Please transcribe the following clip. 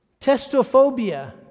testophobia